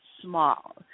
small